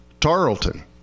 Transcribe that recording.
Tarleton